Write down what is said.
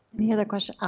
any other questions?